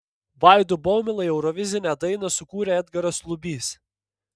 vaidui baumilai eurovizinę dainą sukūrė edgaras lubys